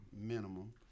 Minimum